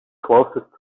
closest